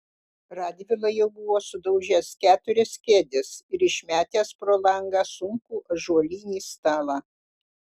radvila jau buvo sudaužęs keturias kėdes ir išmetęs pro langą sunkų ąžuolinį stalą